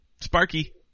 Sparky